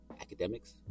academics